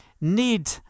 need